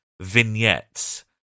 vignettes